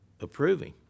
approving